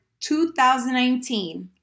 2019